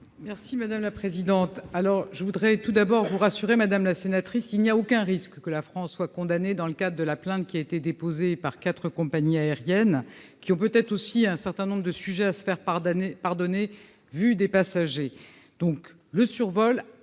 Merci madame la présidente, alors je voudrais tout d'abord pour assurer Madame la sénatrice, il n'y a aucun risque que la France soit condamné, dans le cas de la plainte qui a été déposé par 4 compagnies aériennes qui ont peut-être aussi un certain nombre de sujets, faire part d'années pardonnez vu des passagers,